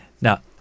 Now